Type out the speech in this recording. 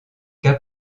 cas